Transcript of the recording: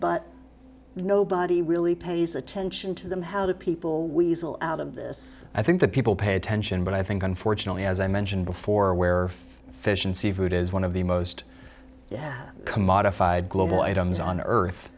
but nobody really pays attention to them how the people we will out of this i think the people pay attention but i think unfortunately as i mentioned before where fish and seafood is one of the most commodified global items on earth